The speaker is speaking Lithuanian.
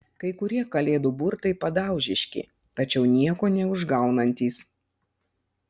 kai kurie kalėdų burtai padaužiški tačiau nieko neužgaunantys